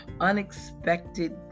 unexpected